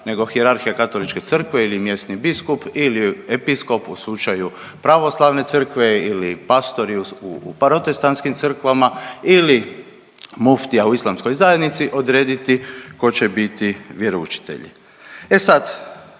nego hijerarhija Katoličke crkve ili mjesni biskup ili episkop u slučaju Pravoslavne crkve ili pastori u Protestantskim crkvama ili muftija u islamskoj zajednici odrediti tko će biti vjeroučitelji. E sad